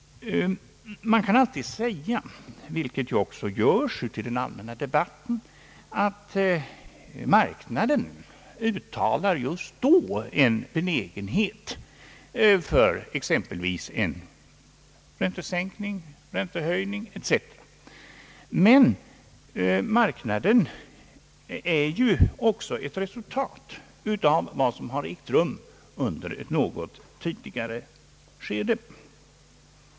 Man kan alltid säga, vilket också görs i den offentliga debatten, att marknaden just då uttalar en benägenhet för en räntehöjning eller en räntesänkning. Men marknaden är ju också ett resultat av vad som har ägt rum under ett något tidigare skede.